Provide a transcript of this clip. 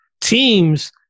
teams